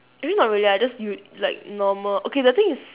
actually not really lah I just use like normal okay the thing is